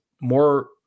more